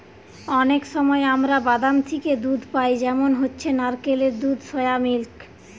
অনেক সময় আমরা বাদাম থিকে দুধ পাই যেমন হচ্ছে নারকেলের দুধ, সোয়া মিল্ক